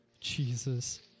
Jesus